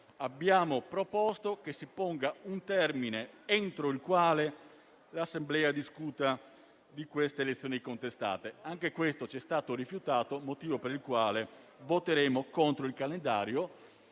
Abbiamo proposto che si ponga un termine entro il quale l'Assemblea discuta di queste elezioni contestate. Anche questo ci è stato rifiutato ed è il motivo per il quale voteremo contro il calendario